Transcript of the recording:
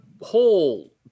whole